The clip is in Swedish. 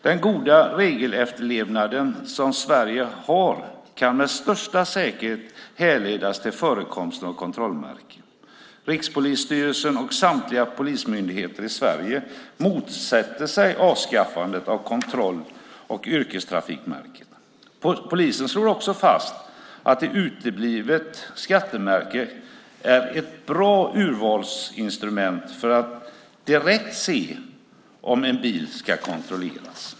Den goda regelefterlevnad som Sverige har kan med största säkerhet härledas till förekomsten av kontrollmärken. Rikspolisstyrelsen och samtliga polismyndigheter i Sverige motsätter sig avskaffandet av kontroll och yrkestrafikmärken. Polisen slår också fast att ett uteblivet skattemärke är ett bra urvalsinstrument för att direkt kunna se om en bil ska kontrolleras.